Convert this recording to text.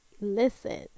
listen